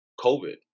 COVID